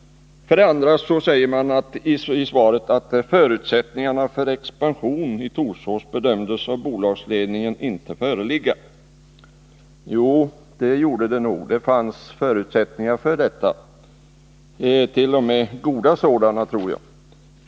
Vidare sägs det i svaret: ”Förutsättningar för en expansion i Torsås bedömdes av bolagsledningen inte föreligga.” Jo, det gjorde det nog — det fanns förutsättningar för detta, t.o.m. goda förutsättningar, tror jag.